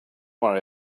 worry